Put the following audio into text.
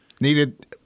Needed –